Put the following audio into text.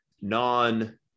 non